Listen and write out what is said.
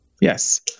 yes